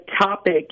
topic